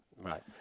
Right